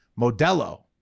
Modelo